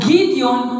Gideon